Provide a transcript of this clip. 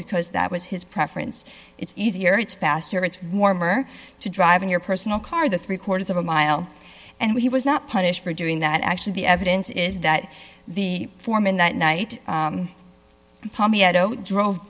because that was his preference it's easier it's faster it's warmer to driving your personal car the three quarters of a mile and he was not punished for doing that actually the evidence is that the foreman that night